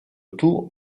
tout